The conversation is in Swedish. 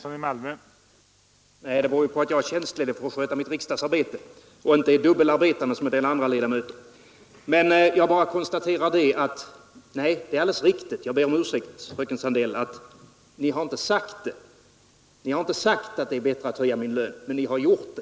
Herr talman! Nej, det beror på att jag är tjänstledig för att sköta mitt riksdagsarbete och inte är dubbelarbetande som en del andra ledamöter. Det är alldeles riktigt — jag ber om ursäkt, fröken Sandell — att Ni inte har sagt att det är bättre att höja min lön, men Ni har gjort det.